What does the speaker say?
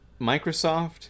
Microsoft